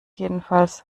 jedenfalls